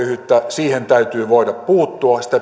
siihen täytyy voida puuttua sitä